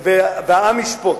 אני רק קורא והעם ישפוט.